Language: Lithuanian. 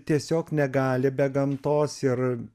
tiesiog negali be gamtos ir